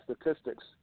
statistics